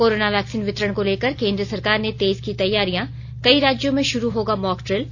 corona vaccine वितरण को लेकर केंद्र सरकार ने तेज की तैयारियां कई राज्यों में शुरू होगा मॉकड्रिल